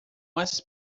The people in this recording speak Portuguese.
mais